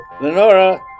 Lenora